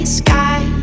sky